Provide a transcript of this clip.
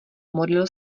modlil